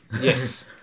Yes